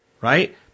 right